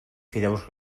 fideus